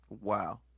Wow